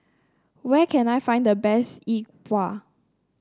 where can I find the best Yi Bua